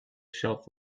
shelf